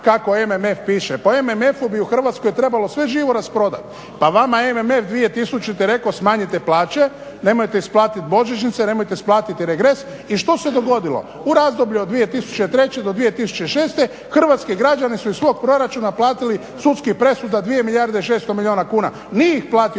kako MMF piše. Po MMF-u bi u Hrvatskoj trebalo sve živo rasprodati. Pa vama je MMF 2000 rekao smanjite plaće, nemojte isplatiti božićnice, nemojte isplatiti regres. I što se dogodilo? U razdoblju od 2003. do 2006. hrvatski građani su iz svog proračuna platili sudskih presuda 2 milijarde i 600 milijuna kuna. Nije ih platio